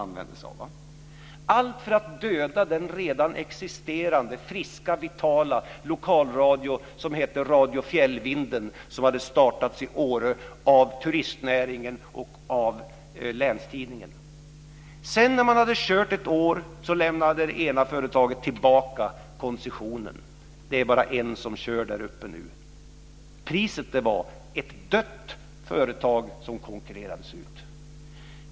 Allt detta gjorde man för att döda den redan existerande, friska och vitala lokalradion Radio fjällvinden som hade startats i Åre av turistnäringen och När man hade sänt ett år lämnade det ena företaget tillbaka koncessionen. Det är bara en som sänder där uppe nu. Priset var ett dött företag som konkurrerades ut.